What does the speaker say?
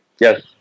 Yes